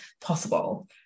possible